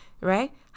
right